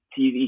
TV